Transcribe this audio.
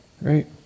Right